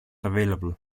available